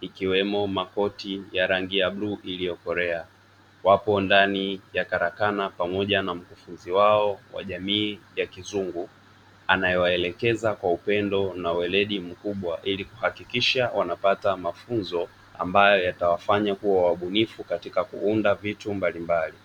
ikiwemo makoti ya rangi ya bluu iliokolea, wapo ndani ya karakana pamoja na mkufuzi wao wa jamii ya kizungu anaye waelekeza kwa upendo na weledi mkubwa ili kuhakikisha wanapata mafunzo ambayo yatawafanya kuwa wabunifu katika kuunda vitu mbalimbali.